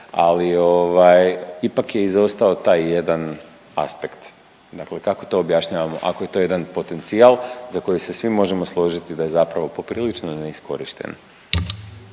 ali ipak je izostao taj jedan aspekt. Dakle kako to objašnjavamo ako je to jedan potencijal za koji se svi možemo složiti da je zapravo poprilično neiskorišten.